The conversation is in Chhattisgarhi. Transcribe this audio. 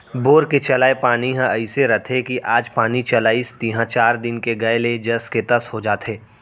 बोर के चलाय पानी ह अइसे रथे कि आज पानी चलाइस तिहॉं चार दिन के गए ले जस के तस हो जाथे